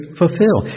fulfill